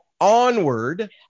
onward